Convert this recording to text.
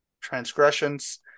transgressions